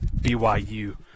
BYU